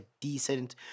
decent